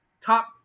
top